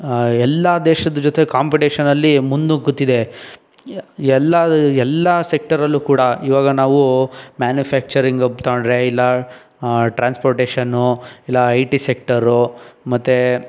ಎಲ್ಲ ದೇಶದ ಜೊತೆ ಕಾಂಪಿಟೀಷನಲ್ಲಿ ಮುನ್ನುಗ್ಗುತ್ತಿದೆ ಎಲ್ಲ ಎಲ್ಲ ಸೆಕ್ಟರಲ್ಲೂ ಕೂಡ ಈವಾಗ ನಾವು ಮ್ಯಾನುಫ್ಯಾಕ್ಚರಿಂಗ್ ತೋಂಡ್ರೆ ಇಲ್ಲ ಟ್ರಾನ್ಸ್ಪೋರ್ಟೇಷನು ಇಲ್ಲ ಐ ಟಿ ಸೆಕ್ಟರು ಮತ್ತು